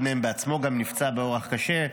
אחד מהם בעצמו גם נפצע באורח קשה.